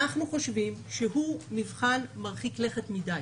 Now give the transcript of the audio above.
אנחנו חושבים שהוא מבחן מרחיק לכת מדי